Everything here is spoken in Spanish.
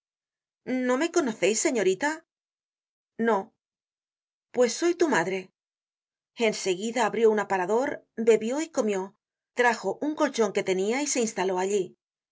no me conoceis señorita no pues soy tu madre en seguida abrió un aparador bebió y comió trajo un colchon que tenia y se instaló allí